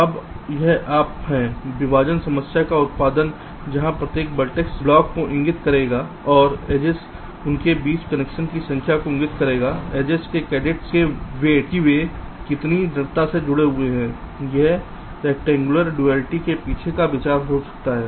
अब यह आप है विभाजन समस्या का उत्पादन जहां प्रत्येक वर्टेक्स ब्लॉक को इंगित करेगा और एजिस उनके बीच कनेक्शन की संख्या को इंगित करेगा एजिस के वेइट्स कि वे कितनी दृढ़ता से जुड़े हुए हैं यह रैक्टेंगुलर ड्युअलिटी के पीछे का विचार है